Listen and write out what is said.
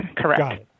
Correct